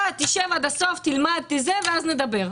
אתה תשב עד הסוף ותלמד ואז נדבר.